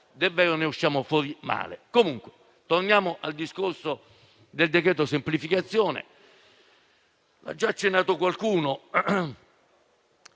davvero ne usciamo fuori male.